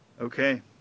Okay